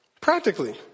Practically